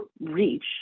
reach